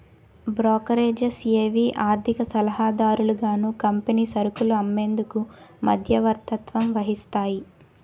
brokerages ఏవి ఆర్థిక సలహాదారులుగాను కంపెనీ సరుకులు అమ్మేందుకు మధ్యవర్తత్వం వహిస్తాయి